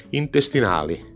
intestinali